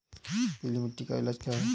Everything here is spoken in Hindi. पीली मिट्टी का इलाज क्या है?